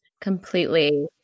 Completely